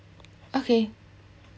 okay